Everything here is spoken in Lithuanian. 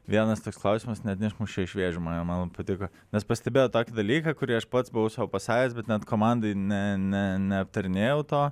vienas toks klausimas net išmušė iš vėžių mane man patiko nes pastebėjau tokį dalyką kurį aš pats buvau sau pasakęs bet net komandoj ne ne neaptarinėjau to